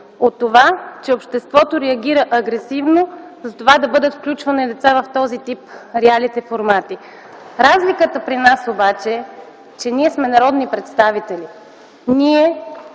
от това, че обществото реагира агресивно за това да бъдат включвани деца в този тип реалити формати. Разликата при нас обаче е, че ние сме народни представители. Ние